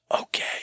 okay